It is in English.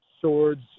swords